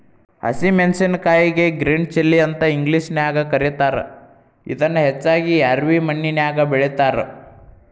ಹಸಿ ಮೆನ್ಸಸಿನಕಾಯಿಗೆ green chilli ಅಂತ ಇಂಗ್ಲೇಷನ್ಯಾಗ ಕರೇತಾರ, ಇದನ್ನ ಹೆಚ್ಚಾಗಿ ರ್ಯಾವಿ ಮಣ್ಣಿನ್ಯಾಗ ಬೆಳೇತಾರ